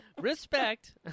respect